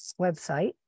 website